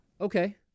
Okay